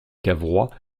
cavrois